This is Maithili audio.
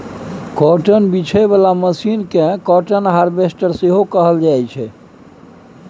काँटन बीछय बला मशीन केँ काँटन हार्वेस्टर सेहो कहल जाइ छै